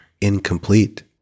incomplete